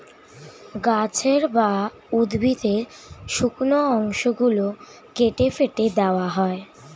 গাছের বা উদ্ভিদের শুকনো অংশ গুলো কেটে ফেটে দেওয়া হয়